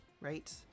right